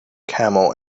camel